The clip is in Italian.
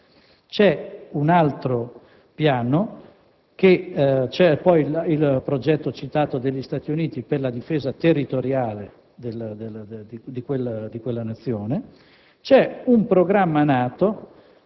in teatro. C'è poi il progetto citato degli Stati Uniti per la difesa territoriale di quella Nazione e c'è un programma